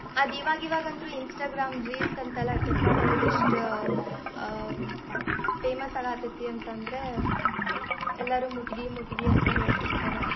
ಅದು ಇವಾಗಾವಾಗ ಅಂತೂ ಇನ್ಸ್ಟಾಗ್ರಾಮ್ ರೀಲ್ಸ್ ಅಂತೆಲ್ಲ ಇರ್ತೈತಲ್ಲ ಅದ್ರೊಳಗೆ ಎಷ್ಟು ಫೇಮಸ್ ಆಗಹತ್ತತ್ತಿ ಅಂತಂದರೆ ಎಲ್ಲರೂ ಮುಟಗಿ ಮುಟಗಿ ಅಂತ ಹೇಳ್ತಿರ್ತಾರ